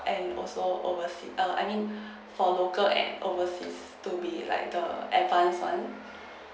and also overseas err I mean for local and overseas to be like the advance one